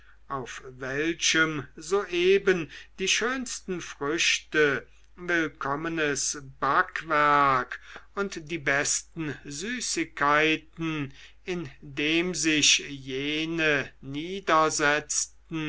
auf welchem soeben die schönsten früchte willkommenes backwerk und die besten süßigkeiten indem sich jene